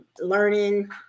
learning